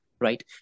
right